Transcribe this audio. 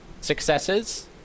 successes